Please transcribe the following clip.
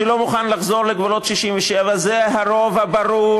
שלא מוכן לחזור לגבולות 67'. זה הרוב הברור